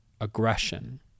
aggression